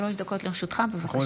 שלוש דקות לרשותך, בבקשה.